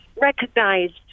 recognised